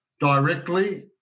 directly